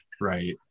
Right